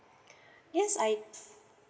yes I